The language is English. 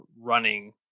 running